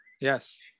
yes